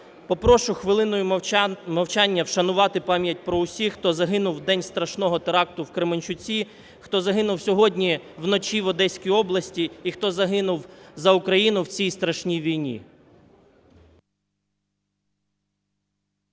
Попрошу хвилиною мовчання вшанувати пам'ять про всіх, хто загинув в день страшного теракту в Кременчуці, хто загинув сьогодні вночі в Одеській області і хто загинув за Україну в цій страшній війні.